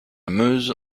meuse